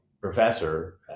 professor